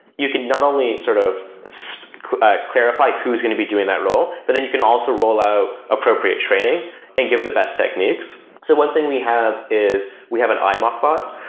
you cannot not only sort of so clarify who is going to be doing that role. but then you can also roll out appropriate training and give the best techniques so one thing we have is we have an imoc bot,